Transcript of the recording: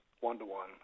one-to-one